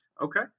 Okay